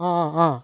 অঁ অঁ অঁ